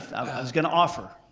i was gonna offer.